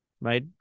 right